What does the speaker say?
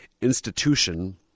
institution